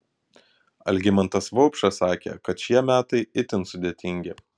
algimantas vaupšas sakė kad šie metai itin sudėtingi